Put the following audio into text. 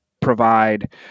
provide